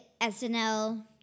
SNL